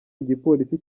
igipolisi